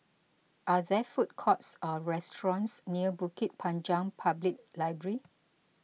are there food courts or restaurants near Bukit Panjang Public Library